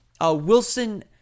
Wilson